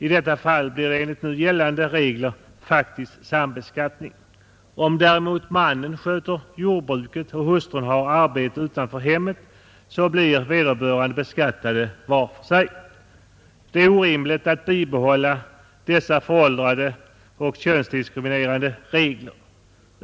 I detta fall blir det, enligt nu gällande regler, faktisk sambeskattning. Om däremot mannen sköter jordbruket och hustrun har arbete utanför hemmet blir vederbörande beskattade var för sig. Det är orimligt att bibehålla dessa föråldrade och könsdiskriminerande regler.